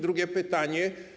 Drugie pytanie.